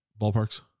ballparks